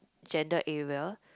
gender era